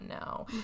no